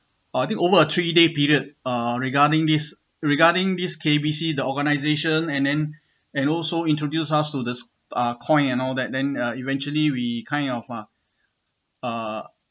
uh take over a three day period uh regarding this regarding this K_B_C the organisation and then and also introduce us to this uh coin and all that then uh eventually we kind of a uh